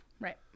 right